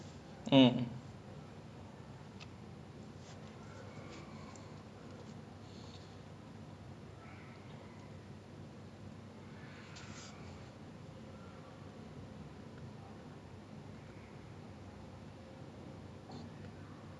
ya like that kind of stuff just gets me going but I put it against music like I put it side to side then I was like okay maybe music is more for me because I want like I wouldn't I I would say I'm kind of weird because I would rather prefer to like find out the inner workings of the human mind lah it sounds stupid but ya